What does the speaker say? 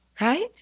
right